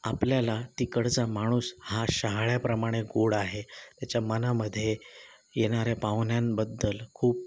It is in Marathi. आपल्याला तिकडचा माणूस हा शहाळ्याप्रमाणे गोड आहे त्याच्या मनामध्ये येणाऱ्या पाहुण्यांबद्दल खूप